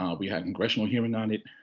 um we had congressional hearing on it.